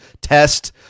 Test